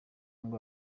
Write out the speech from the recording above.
ngo